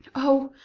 o,